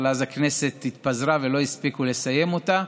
אבל אז הכנסת התפזרה ולא הספיקו לסיים אותה,